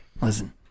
listen